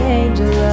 angel